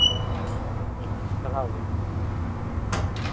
ᱦᱩᱸ ᱥᱟᱨᱦᱟᱣᱜᱮ